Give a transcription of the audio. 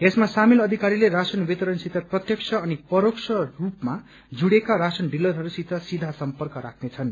यसमा सामेल अधिकारीले राशन वितरणसित प्रत्यक्ष अनि परोक्ष रूपमा जुड़ेक्व राशन डिलरहरूसित सीथा सम्पर्क राख्नेछन्